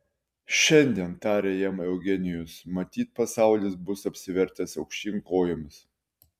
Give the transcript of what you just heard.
šiandien tarė jam eugenijus matyt pasaulis bus apsivertęs aukštyn kojomis